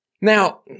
Now